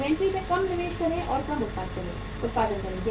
inventory में कम निवेश करें और कम उत्पादन करें